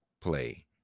play